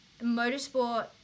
motorsport